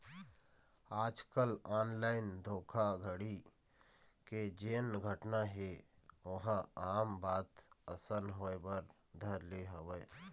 आजकल ऑनलाइन धोखाघड़ी के जेन घटना हे ओहा आम बात असन होय बर धर ले हवय